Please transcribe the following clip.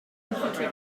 infantry